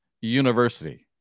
University